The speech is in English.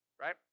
Right